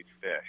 fish